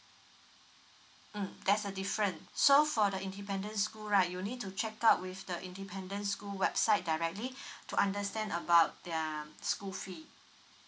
mm there's a different so for the independent school right you need to check out with the independent school website directly to understand about their school fee